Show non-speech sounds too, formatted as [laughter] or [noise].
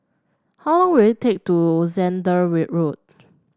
how long will it take to Zehnder [unintelligible] Road